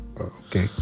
Okay